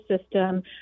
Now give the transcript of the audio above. system